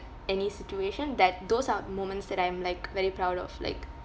any situation that those are moments that I'm like very proud of like